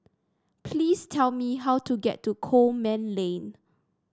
please tell me how to get to Coleman Lane